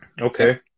Okay